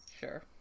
Sure